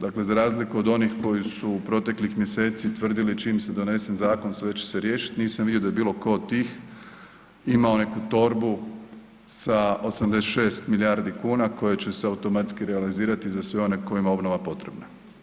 Dakle, za razliku od onih koji su u proteklih mjeseci tvrdili čim se donese zakon sve će se riješiti, nisam vidio da je bilo tko od tih imao neku torbu sa 86 milijardi kuna koji će se automatski realizirati za sve one kojima je obnova potrebna.